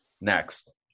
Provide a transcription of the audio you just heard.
Next